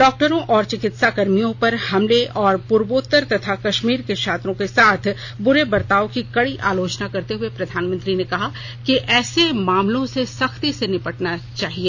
डॉक्टरों और चिकित्साकर्मियों पर हमले और पूर्वोत्तर तथा कश्मीर के छात्रों के साथ ब्रे बर्ताव की कड़ी आलोचना करते हुए प्रधानमंत्री ने कहा कि ऐसे मामलों से सख्ती से निपटा जाना चाहिए